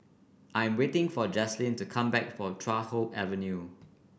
I'm waiting for Jaslene to come back from Chuan Hoe Avenue